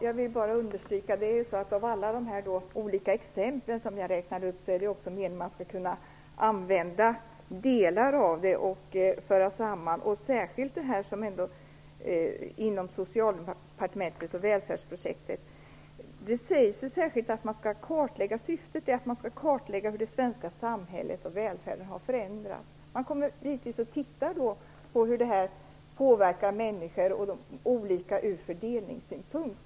Herr talman! Jag räknade upp olika exempel. Det är meningen att man skall kunna använda delar av detta material och föra samman dem. Jag talade också om välfärdsprojektet inom Socialdepartementet. Det sägs särskilt att syftet med det är att kartlägga hur det svenska samhället och välfärden har förändrats. Man kommer givetvis att titta på hur olika människor påverkas ur fördelningssynpunkt.